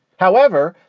however,